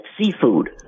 seafood